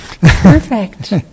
Perfect